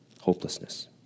hopelessness